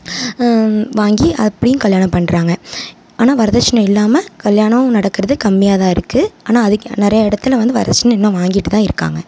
வாங்கி அப்படியும் கல்யாணம் பண்ணுறாங்க ஆனால் வரதட்சணை இல்லாமல் கல்யாணம் நடக்கிறது கம்மியாக தான் இருக்குது ஆனால் அதுக்கு நிறையா இடத்துல வந்து வரதட்சணை இன்னும் வாங்கிட்டு தான் இருக்காங்க